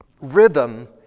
rhythm